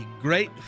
Great